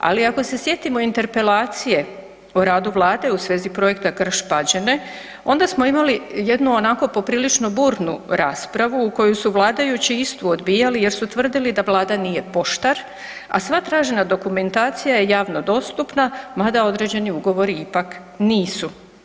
Ali ako se sjetimo Interpelacije o radu Vlade u svezi projekta Krš-Pađene onda smo imali onako jednu poprilično burnu raspravu koju su vladajući istu odbijali jer su tvrdili da Vlada nije poštar, a sva tražena dokumentacija je javno dostupna, mada određeni ugovori ipak nisu.